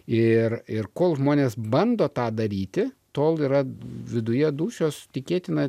ir ir kol žmonės bando tą daryti tol yra viduje dūšios tikėtina